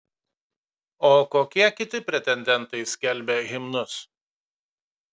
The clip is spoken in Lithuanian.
o kokie kiti pretendentai skelbia himnus